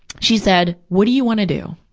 she said, what do you wanna do?